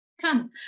come